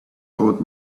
old